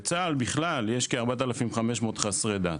בצה"ל בכלל יש כ-4,500 חסרי דת,